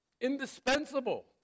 indispensable